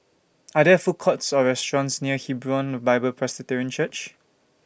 Are There Food Courts Or restaurants near Hebron Bible Presbyterian Church